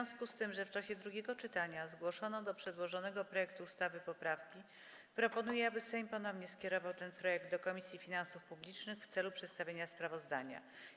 W związku z tym, że w czasie drugiego czytania zgłoszono do przedłożonego projektu ustawy poprawki, proponuję, aby Sejm ponownie skierował ten projekt do Komisji Finansów Publicznych w celu przedstawienia sprawozdania.